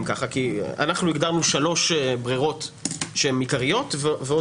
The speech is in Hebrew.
אנחנו הגדרנו שלוש ברירות שהן עיקריות ועוד